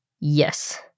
Yes